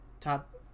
Top